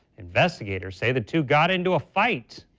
investigators say the two got into a fight.